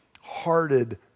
hearted